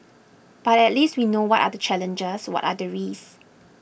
but at least we know what are the challenges what are the risks